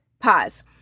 Pause